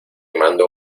mando